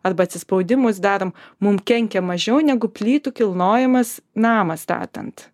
arba atsispaudimus darom mum kenkia mažiau negu plytų kilnojimas namą statant